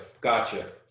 Gotcha